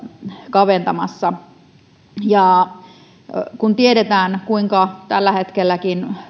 kaventamassa ja kun tiedetään kuinka tälläkin hetkellä